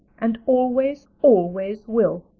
and always, always will,